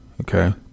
okay